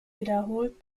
wiederholt